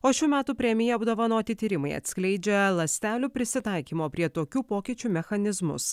o šių metų premija apdovanoti tyrimai atskleidžia ląstelių prisitaikymo prie tokių pokyčių mechanizmus